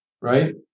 right